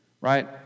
right